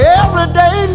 everyday